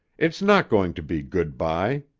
it's not going to be good-bye.